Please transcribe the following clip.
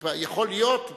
יכול להיות,